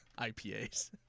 IPAs